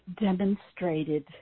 demonstrated